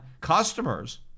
customers